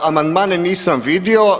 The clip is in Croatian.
Amandmane nisam vidio.